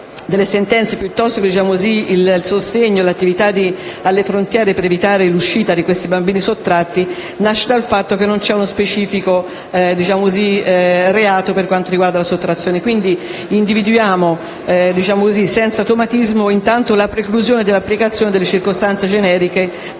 delle sentenze e il sostegno dell'attività alle frontiere per evitare l'uscita dei bambini sottratti nasce dal fatto che non c'è uno specifico reato per quanto riguarda la sottrazione internazionale dei minori. Individuiamo, quindi, senza automatismo, la preclusione dell'applicazione delle circostanze generiche